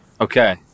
Okay